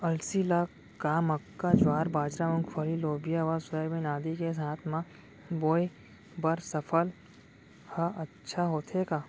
अलसी ल का मक्का, ज्वार, बाजरा, मूंगफली, लोबिया व सोयाबीन आदि के साथ म बोये बर सफल ह अच्छा होथे का?